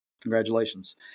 Congratulations